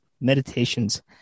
Meditations